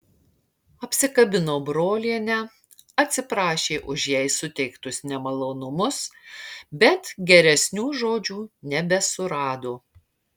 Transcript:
apsikabino brolienę atsiprašė už jai suteiktus nemalonumus bet geresnių žodžių nebesurado